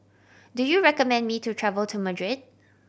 do you recommend me to travel to Madrid